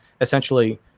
essentially